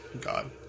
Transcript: God